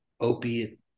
opiate